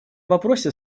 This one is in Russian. вопросе